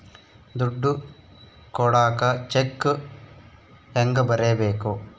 ದುಡ್ಡು ಕೊಡಾಕ ಚೆಕ್ ಹೆಂಗ ಬರೇಬೇಕು?